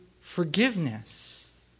forgiveness